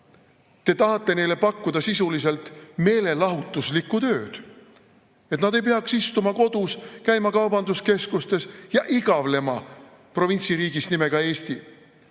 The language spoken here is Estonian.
Te tahate neile pakkuda sisuliselt meelelahutuslikku tööd, et nad ei peaks istuma kodus, käima kaubanduskeskustes ja igavlema provintsiriigis nimega Eesti.